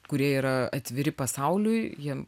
kurie yra atviri pasauliui jie